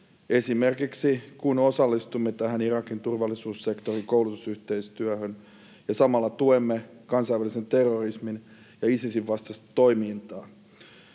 esimerkiksi osallistumme tähän Irakin turvallisuussektorin koulutusyhteistyöhön, ja samalla tuemme kansainvälisen terrorismin ja Isisin vastaista toimintaa.